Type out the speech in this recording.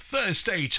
Thursday